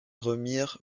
remire